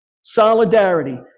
Solidarity